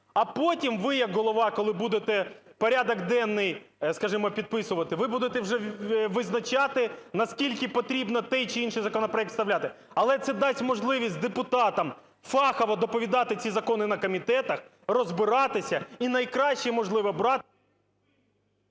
а потім ви як Голова, коли будете порядок денний, скажімо, підписувати, ви будете вже визначати, наскільки потрібно той чи інший законопроект вставляти. Але це дасть можливість депутатам фахово доповідати ці закони на комітетах, розбиратися і найкращі, можливо, брати...